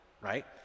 Right